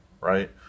Right